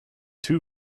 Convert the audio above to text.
two